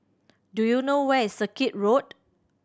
do you know where is Circuit Road